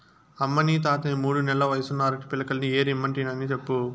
అమ్మనీ తాతని మూడు నెల్ల వయసున్న అరటి పిలకల్ని ఏరి ఇమ్మంటినని చెప్పు